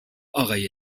آقای